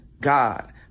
God